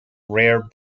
rare